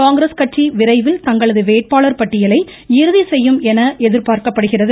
காங்கிரஸ் கட்சி விரைவில் தங்களது வேட்பாள் பட்டியலை இறுதி செய்யும் என எதிர்பார்க்கப்படுகிறது